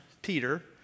Peter